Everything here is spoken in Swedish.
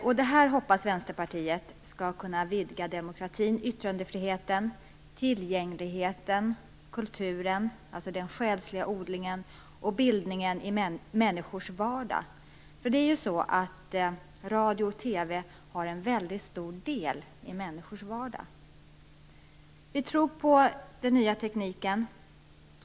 Vänsterpartiet hoppas att detta skall vidga demokratin, yttrandefriheten, tillgängligheten, kulturen - dvs. den själsliga odlingen - och bildningen i människors vardag. Radio och TV har en stor del i människors vardag. Vi tror på den nya tekniken.